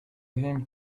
him